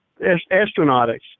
Astronautics